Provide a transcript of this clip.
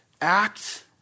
act